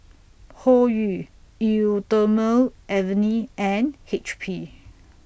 Hoyu Eau Thermale Avene and H P